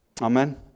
Amen